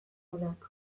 onak